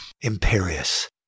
imperious